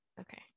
okay